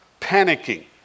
panicking